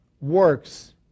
works